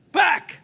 back